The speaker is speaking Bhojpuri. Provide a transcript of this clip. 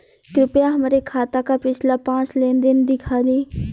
कृपया हमरे खाता क पिछला पांच लेन देन दिखा दी